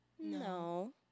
No